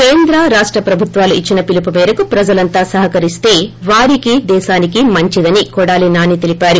కేంద్ర రాష్ట ప్రభుత్వాలు ఇచ్చిన పిలుపు మేరకు ప్రజలంతా సహకరిస్తే వారికి దేశానికి మంచిదని కొడాలి నాని తెల్పారు